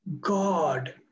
God